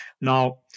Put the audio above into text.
Now